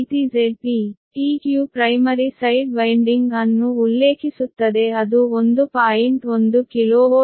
ಅದೇ ರೀತಿ Zpeq primary side winding ಅನ್ನು ಉಲ್ಲೇಖಿಸುತ್ತದೆ ಅದು 1